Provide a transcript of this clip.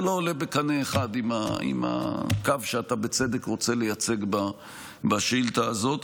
זה לא עולה בקנה אחד עם הקו שבצדק אתה רוצה לייצג בשאילתה הזאת.